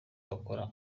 akora